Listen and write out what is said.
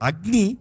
Agni